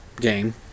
game